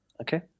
Okay